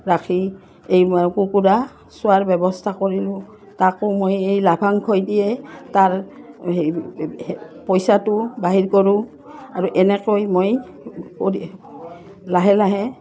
ৰাখি এই মই কুকুৰা চোৱাৰ ব্যৱস্থা কৰিলোঁ তাকো মই এই লাভাংশই দিয়ে তাৰ এই পইচাটো বাহিৰ কৰোঁ আৰু এনেকৈ মই কৰি লাহে লাহে